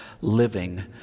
living